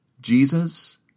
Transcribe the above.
Jesus